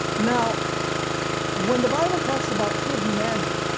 now when the bible talks about hidden manna